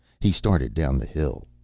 he started down the hill.